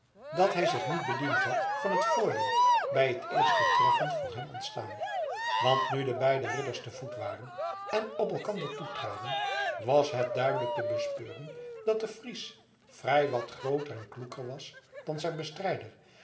dat hij zich niet bediend had van het voordeel bij het eerste treffen voor hem ontstaan want nu de beide ridders te voet waren en op elkander toetraden was het duidelijk te bespeuren dat de fries vrij wat grooter en kloeker was dan zijn bestrijder